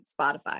Spotify